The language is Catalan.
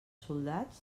soldats